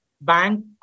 Bank